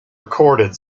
recorded